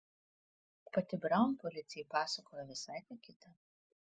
pati braun policijai pasakoja visai ką kitą